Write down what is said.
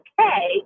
okay